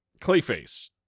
Clayface